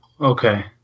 Okay